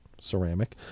ceramic